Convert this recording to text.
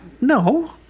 no